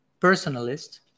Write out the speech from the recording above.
personalist